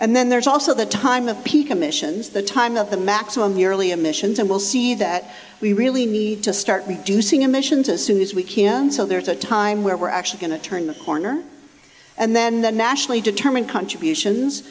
and then there's also the time of peak emissions the time of the maximum yearly emissions and we'll see that we really need to start reducing emissions as soon as we can so there's a time where we're actually going to turn the corner and then nationally determine contributions